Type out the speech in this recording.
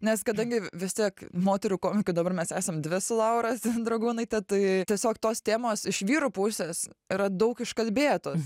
nes kadangi vis tiek moterų komikių dabar mes esam dvi su laura ten dragūnaite tai tiesiog tos temos iš vyrų pusės yra daug iškalbėtos